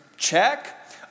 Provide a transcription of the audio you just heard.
Check